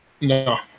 No